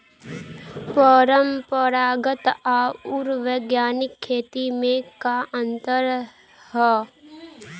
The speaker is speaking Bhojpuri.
परंपरागत आऊर वैज्ञानिक खेती में का अंतर ह?